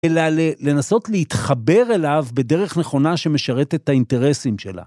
אלא לנסות להתחבר אליו בדרך נכונה שמשרת את האינטרסים שלה.